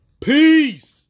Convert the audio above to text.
Peace